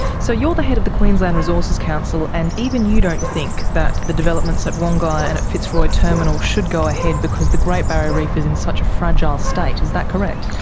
so you're the head of the queensland resources council and even you don't think that the developments at wongai and at fitzroy terminal should go ahead because the great barrier reef is in such a fragile state, is that correct?